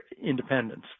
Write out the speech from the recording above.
independence